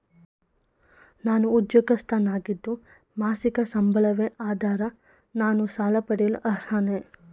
ನಾನು ಉದ್ಯೋಗಸ್ಥನಾಗಿದ್ದು ಮಾಸಿಕ ಸಂಬಳವೇ ಆಧಾರ ನಾನು ಸಾಲ ಪಡೆಯಲು ಅರ್ಹನೇ?